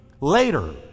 later